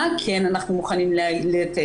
מה כן אנחנו מוכנים לתת?